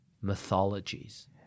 Mythologies